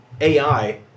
AI